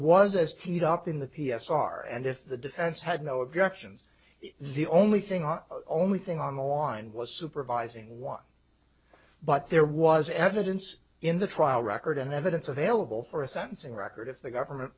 was us teed up in the p s r and if the defense had no objections the only thing on only thing on the line was supervising one but there was evidence in the trial record and evidence available for a sentencing record if the government